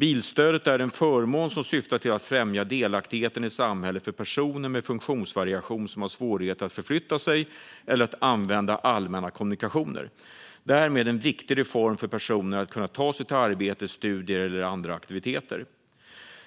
Bilstödet är en förmån som syftar till att främja delaktigheten i samhället för personer med funktionsvariation som har svårigheter att förflytta sig eller använda allmänna kommunikationer. Därmed är det en viktig reform för att dessa personer ska kunna ta sig till arbete, studier och andra aktiviteter.